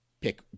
pick